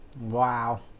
Wow